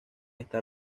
está